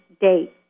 date